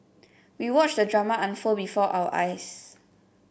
we watched the drama unfold before our eyes